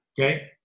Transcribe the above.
okay